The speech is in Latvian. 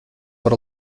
par